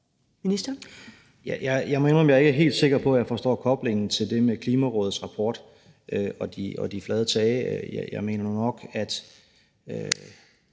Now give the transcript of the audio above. indrømme, at jeg ikke er helt sikker på, at jeg forstår koblingen til det med Klimarådets rapport og så de flade tage. Jeg mener nu nok, at